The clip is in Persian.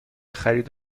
خرید